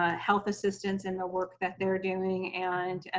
ah health assistants in the work that they're doing, and,